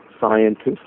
scientists